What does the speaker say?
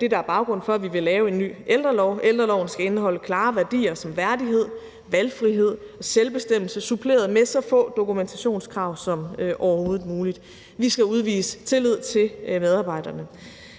det, der er baggrunden for, at vi vil lave en ny ældrelov. Ældreloven skal indeholde klare værdier som værdighed, valgfrihed og selvbestemmelse suppleret med så få dokumentationskrav som overhovedet muligt. Vi skal udvise tillid til medarbejderne.